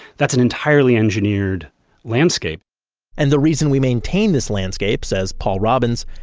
that's an entirely engineered landscape and the reason we maintain this landscape, says paul robbins,